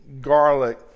garlic